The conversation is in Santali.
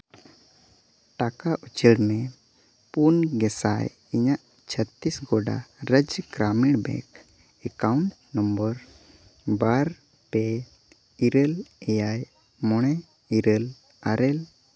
ᱴᱟᱠᱟ ᱩᱪᱟᱹᱲ ᱢᱮ ᱯᱩᱱ ᱜᱮ ᱥᱟᱭ ᱤᱧᱟᱹᱜ ᱪᱷᱟᱛᱛᱤᱥ ᱜᱚᱰᱟ ᱨᱮᱡᱽ ᱜᱨᱟᱢᱤᱱ ᱵᱮᱝᱠ ᱮᱠᱟᱣᱩᱱᱴ ᱱᱚᱱᱵᱚᱨ ᱵᱟᱨ ᱯᱮ ᱤᱨᱟᱹᱞ ᱮᱭᱟᱭ ᱢᱚᱬᱮ ᱤᱨᱟᱹᱞ ᱟᱨᱮ